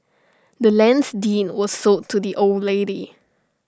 the land's deed was sold to the old lady